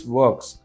works